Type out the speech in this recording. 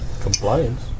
Compliance